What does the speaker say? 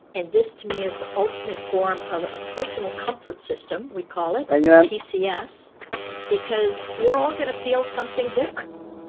and this to me is the ultimate form of a personal comfort system, we call it pcs, because we're all going to feel something different.